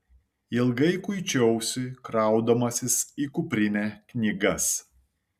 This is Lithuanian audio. ilgai kuičiausi kraudamasis į kuprinę knygas